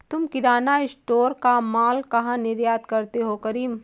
तुम किराना स्टोर का मॉल कहा निर्यात करते हो करीम?